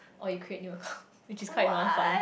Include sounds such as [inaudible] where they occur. or you create new account [breath] which is quite 麻烦